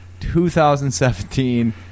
2017